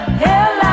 hell